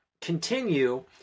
continue